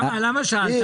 למה שאלת?